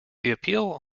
appeal